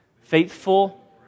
Faithful